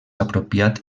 apropiat